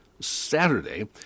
Saturday